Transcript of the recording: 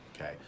Okay